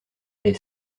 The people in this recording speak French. est